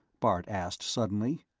bart asked suddenly.